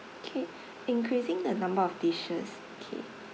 K increasing the number of dishes K